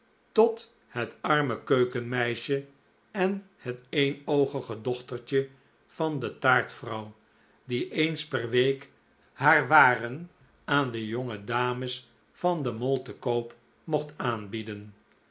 tot het arme keukenmeisje en het eenoogige dochtertje van de taart vrouw die eens per week haar waren aan de jonge dames van de mall te koop mocht aanbieden